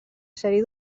sèrie